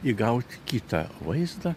įgaut kitą vaizdą